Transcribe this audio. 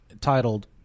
titled